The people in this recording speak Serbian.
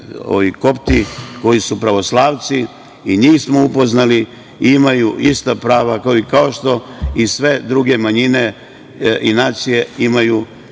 koji su pravoslavci, i njih smo upoznali, imaju ista prava kao što i sve druge manjine imaju